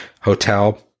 Hotel